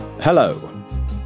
Hello